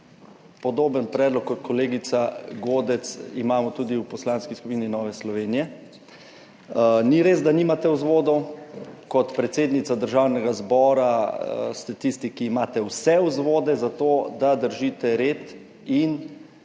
Podoben predlog kot kolegica Godec imamo tudi v Poslanski skupini Nove Slovenije. Ni res, da nimate vzvodov. Kot predsednica Državnega zbora ste tisti, ki imate vse vzvode za to, da držite red in